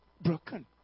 broken